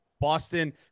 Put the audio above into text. Boston